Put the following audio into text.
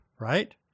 right